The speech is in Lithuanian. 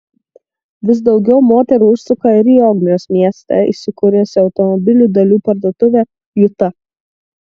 vis daugiau moterų užsuka ir į ogmios mieste įsikūrusią automobilių dalių parduotuvę juta